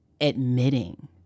admitting